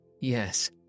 yes